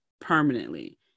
permanently